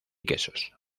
quesos